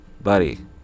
buddy